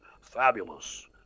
fabulous